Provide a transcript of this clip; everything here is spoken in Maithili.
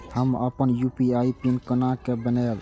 हम अपन यू.पी.आई पिन केना बनैब?